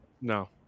No